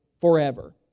forever